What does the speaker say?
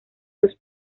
los